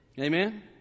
Amen